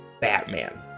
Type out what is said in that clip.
batman